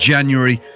January